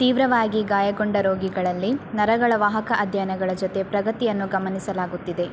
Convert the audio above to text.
ತೀವ್ರವಾಗಿ ಗಾಯಗೊಂಡ ರೋಗಿಗಳಲ್ಲಿ ನರಗಳ ವಾಹಕ ಅಧ್ಯಯನಗಳ ಜೊತೆ ಪ್ರಗತಿಯನ್ನು ಗಮನಿಸಲಾಗುತ್ತಿದೆ